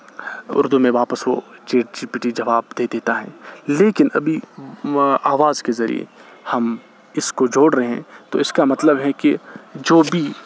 اردو میں واپس وہ چیٹ جی پی ٹی جواب دے دیتا ہے لیکن ابھی آواز کے ذریعے ہم اس کو جوڑ رہے ہیں تو اس کا مطلب ہیں کہ جو بھی